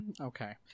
Okay